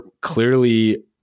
clearly